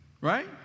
right